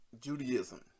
Judaism